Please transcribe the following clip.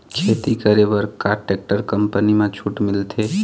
खेती करे बर का टेक्टर कंपनी म छूट मिलथे?